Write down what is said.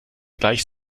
gleich